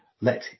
let